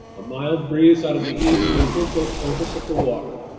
a mild breeze out of the east rippled the surface of the water.